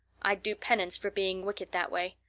i'd do penance for being wicked that way.